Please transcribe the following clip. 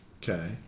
Okay